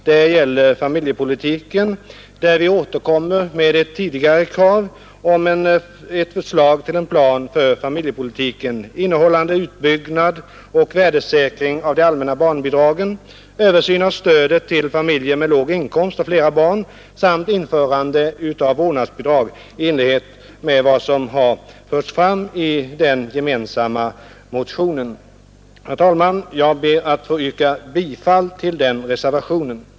Reservationen gäller familjepolitiken, där vi återkommer med ett tidigare krav på ”förslag till en plan för familjepolitiken innehållande utbyggnad och värdesäkring av de allmänna barnbidragen, översyn av stödet till familjer med låg inkomst och flera barn samt införande av vårdnadsbidrag i enlighet med vad i motionen anförts”. Herr talman! Jag ber att få yrka bifall till reservationen 2.